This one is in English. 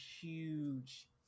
huge